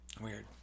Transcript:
Weird